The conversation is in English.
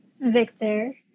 victor